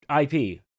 IP